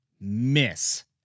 Miss